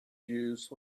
use